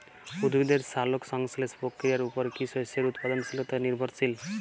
উদ্ভিদের সালোক সংশ্লেষ প্রক্রিয়ার উপর কী শস্যের উৎপাদনশীলতা নির্ভরশীল?